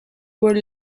were